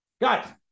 Guys